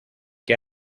que